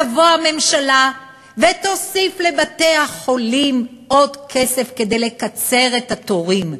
תבוא הממשלה ותוסיף לבתי-החולים עוד כסף כדי לקצר את התורים.